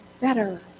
better